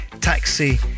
Taxi